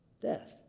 Death